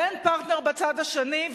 ואין פרטנר בצד השני.